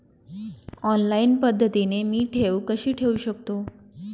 Online पद्धतीने मी ठेव कशी ठेवू शकतो?